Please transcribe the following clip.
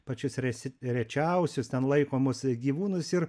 pačius resi rečiausius ten laikomus gyvūnus ir